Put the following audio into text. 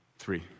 Three